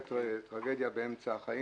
באמת טרגדיה,